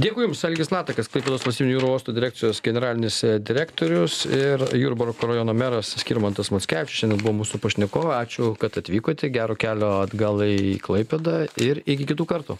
dėkui jums algis latakas klaipėdos valstybinio jūrų uosto direkcijos generalinis direktorius ir jurbarko rajono meras skirmantas mockevičius šiandien buvo mūsų pašnekovai ačiū kad atvykote gero kelio atgal į klaipėdą ir iki kitų kartų